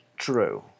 True